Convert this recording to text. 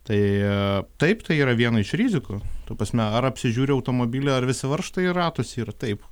tai taip tai yra viena iš rizikų tu pasme ar apsižiūri automobilio ar visi varžtai ratuose ir taip